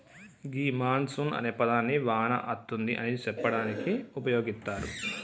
గీ monsoon అనే పదాన్ని వాన అతుంది అని సెప్పడానికి ఉపయోగిత్తారు